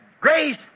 Grace